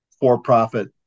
for-profit